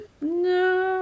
no